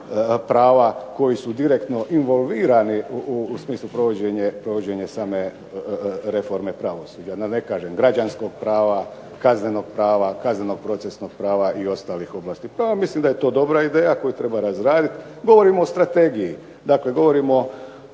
prava koji su direktno involvirani u smislu provođenja same reforme pravosuđa. Da ne kažem građanskog prava, kaznenog prava, kazneno-procesnog prava i ostalih ovlasti. Pa ja mislim da je to dobra ideja koju treba razraditi. Govorimo o strategiji, dakle govorimo